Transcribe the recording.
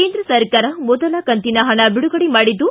ಕೇಂದ್ರ ಸರ್ಕಾರ ಮೊದಲ ಕಂತಿನ ಪಣ ಬಿಡುಗಡೆ ಮಾಡಿದ್ದು